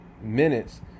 minutes